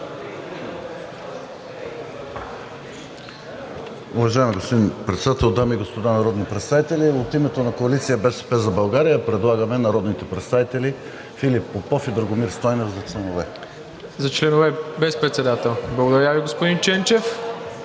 Благодаря Ви, господин Мирчев.